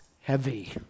heavy